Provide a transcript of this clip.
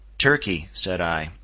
turkey, said i,